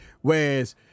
Whereas